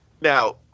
now